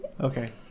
Okay